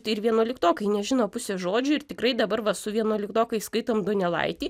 tai ir vienuoliktokai nežino pusės žodžių ir tikrai dabar va su vienuoliktokais skaitom donelaitį